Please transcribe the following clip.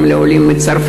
גם על עולים מצרפת,